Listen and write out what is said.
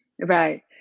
right